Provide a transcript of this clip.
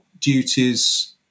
duties